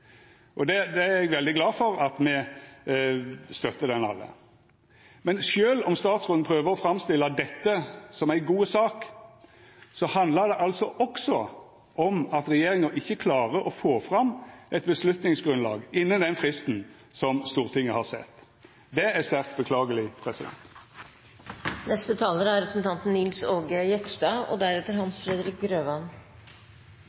samla på. Det er eg veldig glad for at alle støttar. Men sjølv om statsråden prøver å framstilla dette som ei god sak, handlar det også om at regjeringa ikkje klarer å få fram eit beslutningsgrunnlag innan den fristen Stortinget har sett. Det er sterkt beklageleg. Regjeringen har lagt fram en samleproposisjon over noen samferdselssaker. Det er viktige saker selv om de varierer i både kostnad og